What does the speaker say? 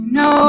no